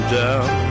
down